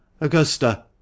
augusta